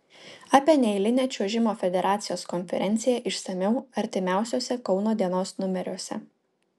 apie neeilinę čiuožimo federacijos konferenciją išsamiau artimiausiuose kauno dienos numeriuose